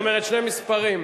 זאת אומרת, שני מספרים.